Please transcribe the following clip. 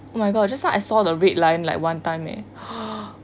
oh my god just now I saw the red line like one time eh